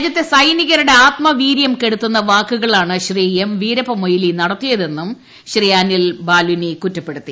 രാജ്യത്തെ സൈനികരുടെ ആത്മവീര്യം കെടുത്തുന്ന വാക്കുകളാണ് എം വീരപ്പമൊയ്ലി നടത്തിയതെന്നും അനിൽ ബാലുനി കുറ്റപ്പെടുത്തി